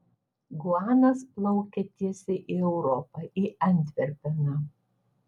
guanas plaukia tiesiai į europą į antverpeną